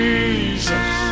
Jesus